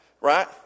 right